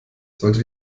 sollte